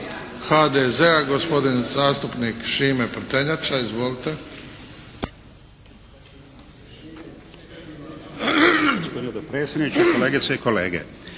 HDZ-a gospodin zastupnik Šime Prtenjača. Izvolite.